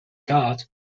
kaart